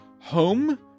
home